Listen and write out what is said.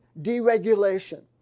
deregulation